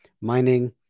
mining